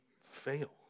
fail